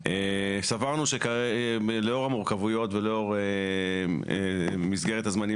סברנו שלאור המורכבויות ולאור מסגרת הזמנים